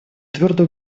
твердо